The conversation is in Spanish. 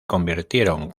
convirtieron